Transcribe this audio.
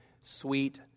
sweet